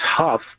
tough